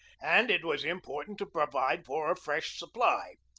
and it was important to provide for a fresh supply.